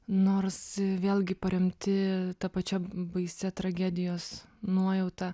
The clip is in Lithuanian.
nors vėlgi paremti ta pačia baisia tragedijos nuojauta